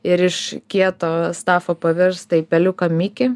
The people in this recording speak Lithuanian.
ir iš kieto stafo pavirsta į peliuką mikį